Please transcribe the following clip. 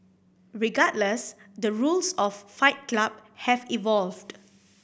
regardless the rules of Fight Club have evolved